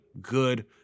good